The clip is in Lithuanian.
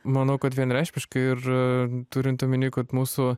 manau kad vienareikšmiškai ir turint omeny kad mūsų